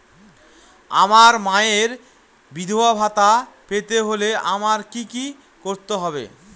আমার মায়ের বিধবা ভাতা পেতে হলে আমায় কি কি করতে হবে?